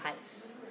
ice